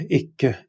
ikke